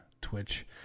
Twitch